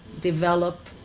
develop